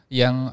yang